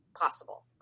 possible